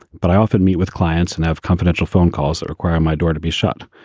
but i often meet with clients and have confidential phone calls or require my door to be shut.